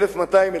1,200,